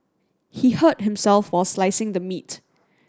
he hurt himself while slicing the meat